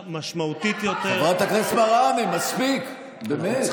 חברת הכנסת מראענה, מספיק, באמת.